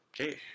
Okay